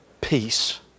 peace